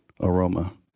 aroma